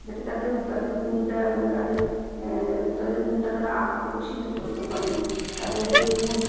যাতে তাদের তাদের গুণটা এবং তাদের তাদের তাদের গুণটা তারা আরও প্রকাশিত করতে পারেন তাদের যে গুণ